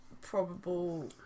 probable